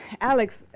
Alex